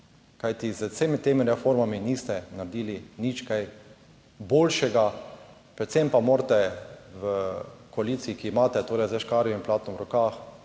z vsemi temi reformami niste naredili nič kaj boljšega. Predvsem pa morate v koaliciji, ki imate torej za škarje in platno v rokah,